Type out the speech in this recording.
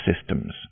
systems